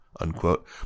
unquote